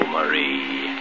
Marie